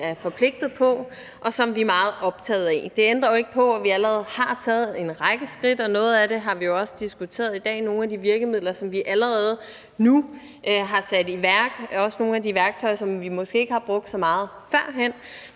er forpligtet på, og som vi er meget optaget af. Det ændrer jo ikke på, at vi allerede har taget en række skridt, og noget af det har vi også diskuteret i dag, altså nogle af de virkemidler, som vi allerede nu har sat i værk. Det gælder også nogle af de værktøjer, som vi måske ikke har brugt så meget førhen,